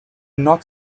not